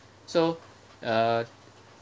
so uh